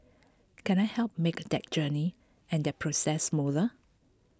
can I help make that journey and that process smoother